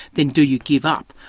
then do you give up?